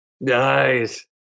Nice